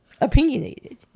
opinionated